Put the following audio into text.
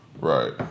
Right